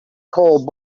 cold